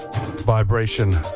vibration